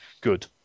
good